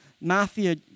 mafia